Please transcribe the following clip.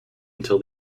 until